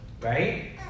right